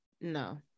no